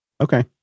Okay